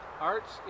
Arts